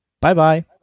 Bye-bye